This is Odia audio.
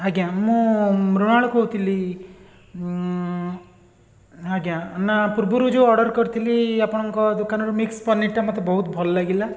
ଆଜ୍ଞା ମୁଁ ମୃଣାଳ କୋହୁଥିଲି ଆଜ୍ଞା ନା ପୂର୍ବରୁ ଯେଉଁ ଅର୍ଡ଼ର କରିଥିଲି ଆପଣଙ୍କ ଦୋକାନରୁ ମିକ୍ସ ପନିର୍ଟା ମୋତେ ବହୁତ ଭଲ ଲାଗିଲା